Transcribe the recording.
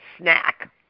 snack